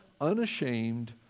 unashamed